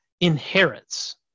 inherits